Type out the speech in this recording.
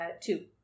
two